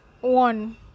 One